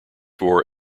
war